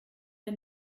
der